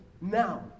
now